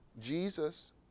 Jesus